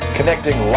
Connecting